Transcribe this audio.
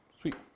Sweet